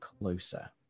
closer